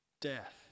death